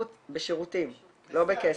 בשירותים, לא בכסף.